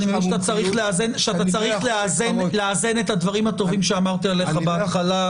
אני מבין שאתה צריך לאזן את הדברים הטובים שאמרתי עליך בהתחלה.